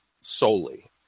solely